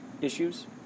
issues